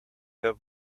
have